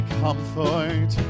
comfort